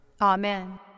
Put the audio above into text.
Amen